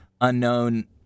unknown